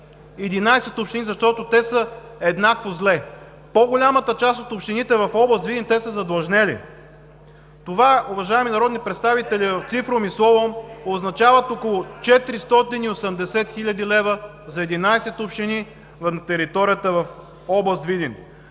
11 общини, защото те са еднакво зле. По голямата част от общините в област Видин са задлъжнели. Това, уважаеми народни представители, цифром и словом означава около 480 хил. лв. за 11 общини на територията в област Видин.